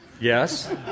Yes